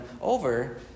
over